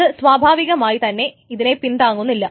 അത് സ്വാഭാവികമായി തന്നെ ഇതിനെ പിന്താങ്ങുന്നില്ല